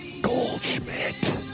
Goldschmidt